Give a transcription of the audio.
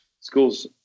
schools